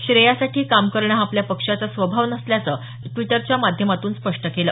श्रेयासाठी काम करणे हा आपल्या पक्षाचा स्वभाव नसल्याचं ट्विटरच्या माध्यमातून स्पष्ट केल